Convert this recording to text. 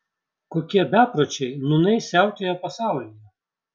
kokie bepročiai nūnai siautėja pasaulyje